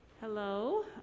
Hello